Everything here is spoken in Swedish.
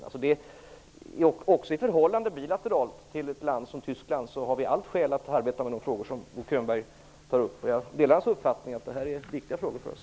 Också i vårt bilaterala förhållande till ett land som Tyskland har vi alla skäl att arbeta med de frågor som Bo Könberg tar upp. Jag delar hans uppfattning att det är viktiga frågor för oss.